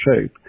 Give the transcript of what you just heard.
shape